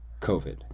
COVID